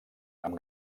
amb